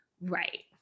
Right